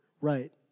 Right